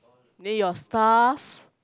then your staff